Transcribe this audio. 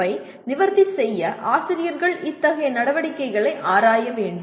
வை நிவர்த்தி செய்ய ஆசிரியர்கள் இத்தகைய நடவடிக்கைகளை ஆராய வேண்டும்